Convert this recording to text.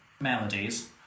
melodies